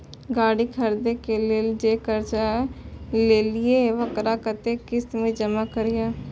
गाड़ी खरदे के लेल जे कर्जा लेलिए वकरा कतेक किस्त में जमा करिए?